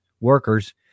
workers